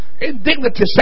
indignity